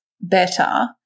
better